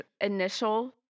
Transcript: initial